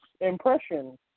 impression